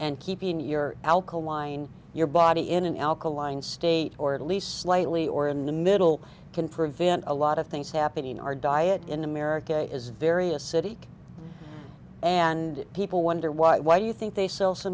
and keeping your alkaline your body in an alkaline state or at least slightly or in the middle can prevent a lot of things happening in our diet in america is very acidic and people wonder why why you think they sell so